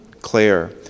Claire